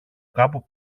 κάπου